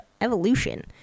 evolution